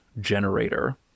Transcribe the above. generator